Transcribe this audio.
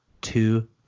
Two